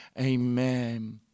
amen